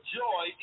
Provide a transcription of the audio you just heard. joy